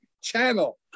Channel